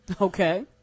Okay